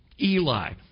Eli